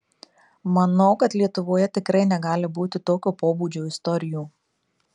manau kad lietuvoje tikrai negali būti tokio pobūdžio istorijų